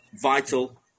vital